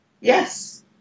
Yes